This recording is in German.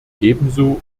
ebenso